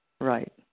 Right